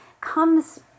comes